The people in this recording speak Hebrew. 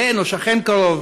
בן או שכן קרוב